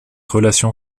relation